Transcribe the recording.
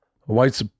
white